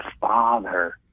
Father